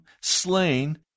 slain